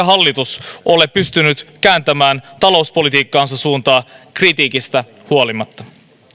hallitus ole pystynyt kääntämään talouspolitiikkansa suuntaa kritiikistä huolimatta